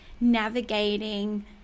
navigating